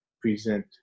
present